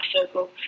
circle